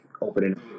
opening